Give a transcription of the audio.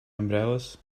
umbrellas